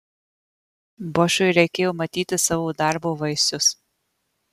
bošui reikėjo matyti savo darbo vaisius